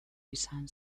izan